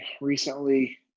recently